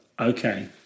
Okay